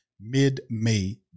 mid-May